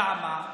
למה?